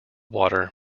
water